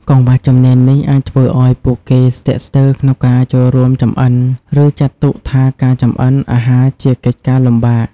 កង្វះជំនាញនេះអាចធ្វើឱ្យពួកគេស្ទាក់ស្ទើរក្នុងការចូលរួមចម្អិន ឬចាត់ទុកថាការចម្អិនអាហារជាកិច្ចការលំបាក ។